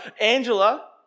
Angela